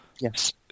yes